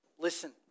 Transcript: Listen